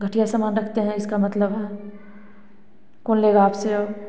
घटिया सामान रखते हैं इसका मतलब है कौन लेगा आप से अब